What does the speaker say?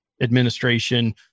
administration